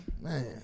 Man